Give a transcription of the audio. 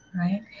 right